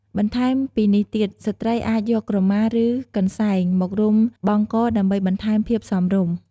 បន្ថែមពីនេះទៀតស្ត្រីអាចយកក្រមា ឬកន្សែងមករុំបង់កដើម្បីបន្ថែមភាពសមរម្យ។